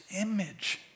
image